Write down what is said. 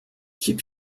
keep